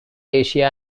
asia